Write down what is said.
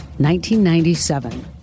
1997